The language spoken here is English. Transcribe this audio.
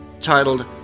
titled